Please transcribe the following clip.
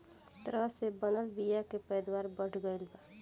तरह से बनल बीया से पैदावार बढ़ गईल बा